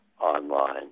online